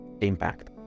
impact